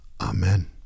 Amen